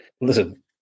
listen